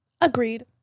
Agreed